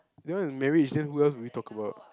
that one is just who else would we talk about